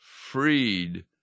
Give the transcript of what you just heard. freed